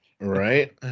Right